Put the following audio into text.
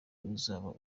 uzaba